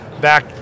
back